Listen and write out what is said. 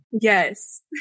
Yes